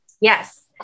Yes